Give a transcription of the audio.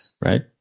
right